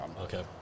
Okay